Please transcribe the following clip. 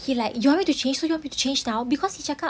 he like you want me to change so you want me to change now because he cakap